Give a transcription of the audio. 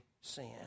sin